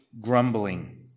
grumbling